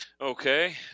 Okay